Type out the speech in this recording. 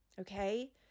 okay